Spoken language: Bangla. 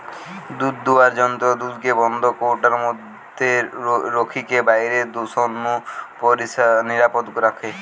দুধদুয়ার যন্ত্র দুধকে বন্ধ কৌটার মধ্যে রখিকি বাইরের দূষণ নু নিরাপদ রখে